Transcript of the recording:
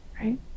right